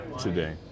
today